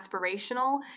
aspirational